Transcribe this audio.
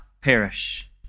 perish